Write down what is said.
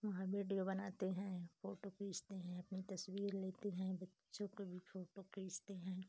वहाँ वीडियो बनाते हैं फ़ोटो खींचते हैं अपनी तस्वीर लेते हैं बच्चों के भी फ़ोटो खींचते हैं